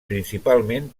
principalment